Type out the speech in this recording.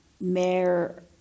mayor